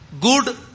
Good